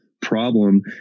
Problem